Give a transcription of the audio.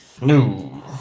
no